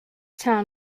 town